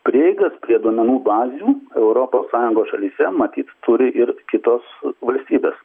prieigas prie duomenų bazių europos sąjungos šalyse matyt turi ir kitos valstybės